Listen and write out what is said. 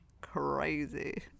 crazy